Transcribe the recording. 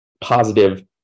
positive